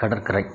கடற்கரை